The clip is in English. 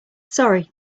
sorry